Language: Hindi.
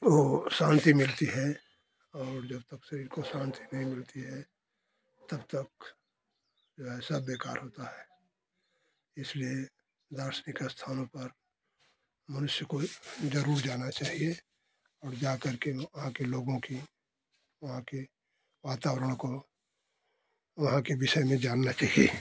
वो शांति मिलती है और जब तक शरीर को शांति नहीं मिलती है तब तक जो है सब बेकार होता है इसलिए दार्शनिक स्थानों पर मनुष्य को जरूर जाना चाहिए और जा करके वो आकर लोगों की वहाँ के वातावरण को वहाँ के विषय में जानना चाहिए